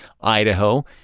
Idaho